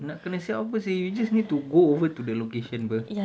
nak kena siap apa seh you just need to go over to the location [pe]